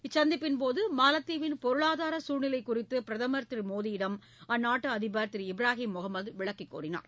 இச்சந்திப்பின் போது மாலத்தீவின் பொருளாதார சூழ்நிலை குறித்து பிரதமர் திரு மோடியிடம் அந்நாட்டு அதிபர் இப்ராஹிம் முஹமது விளக்கி கூறினார்